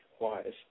wise